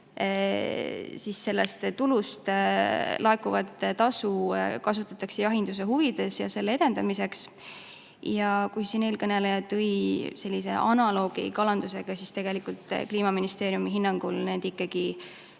maksmisest] laekuvat tulu kasutatakse jahinduse huvides ja selle edendamiseks. Kui siin eelkõneleja tõi välja analoogia kalandusega, siis tegelikult Kliimaministeeriumi hinnangul need päris